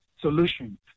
solution